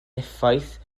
effaith